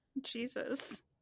jesus